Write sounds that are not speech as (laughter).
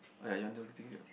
!aiya! you want to (noise)